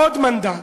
עוד מנדט,